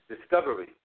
discovery